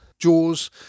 Jaws